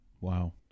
Wow